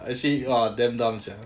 I see !wah! damn dumb sia